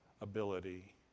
ability